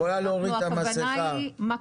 הכוונה היא מקביל .